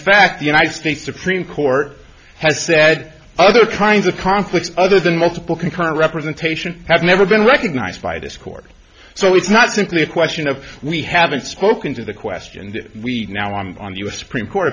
fact the united states supreme court has said other kinds of conflicts other than multiple concurrent representation have never been recognized by this court so it's not simply a question of we haven't spoken to the question that we now on the u s supreme court